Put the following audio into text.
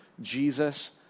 Jesus